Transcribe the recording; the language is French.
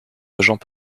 agents